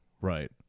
Right